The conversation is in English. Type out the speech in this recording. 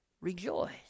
Rejoice